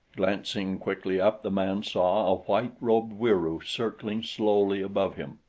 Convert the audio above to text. glancing quickly up the man saw a white-robed wieroo circling slowly above him.